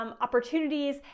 opportunities